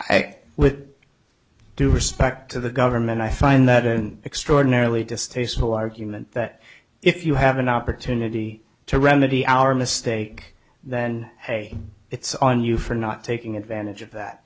due respect to the government i find that an extraordinarily distasteful argument that if you have an opportunity to remedy our mistake then hey it's on you for not taking advantage of that